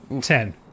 Ten